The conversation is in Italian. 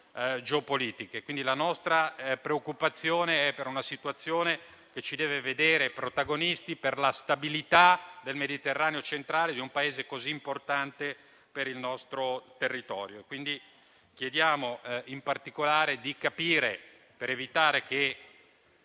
dunque preoccupati per una situazione che ci deve vedere protagonisti per la stabilità del Mediterraneo centrale, di un Paese così importante per il nostro territorio.